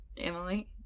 Emily